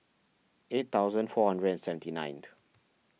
eight thousand four hundred and seventy ninth